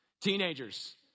Teenagers